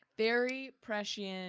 very prescient